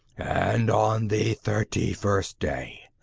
and on the thirty-first day,